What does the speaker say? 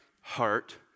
heart